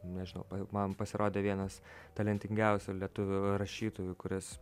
nežinau man pasirodė vienas talentingiausių lietuvių rašytojų kuris